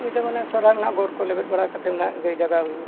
ᱧᱤᱫᱟᱹ ᱢᱟᱱᱮ ᱥᱟᱨᱟᱣᱟᱱᱟ ᱜᱳᱰ ᱠᱚ ᱞᱮᱵᱮᱫ ᱵᱟᱲᱟ ᱠᱟᱛᱮᱫ ᱱᱟᱦᱟᱜ ᱜᱟᱹᱭ ᱡᱟᱜᱟᱣ ᱦᱩᱭᱩᱜᱼᱟ